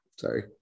sorry